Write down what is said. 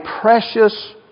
precious